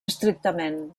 estrictament